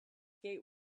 gate